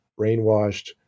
brainwashed